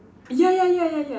ya ya ya ya ya